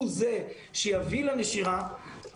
הוא זה שיביא לנשירה,